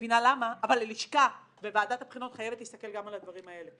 אבל הלשכה וועדת הבחינות חייבות להסתכל גם על הדברים האלה.